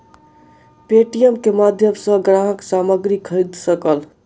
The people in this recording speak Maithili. पे.टी.एम के माध्यम सॅ ग्राहक सामग्री खरीद सकल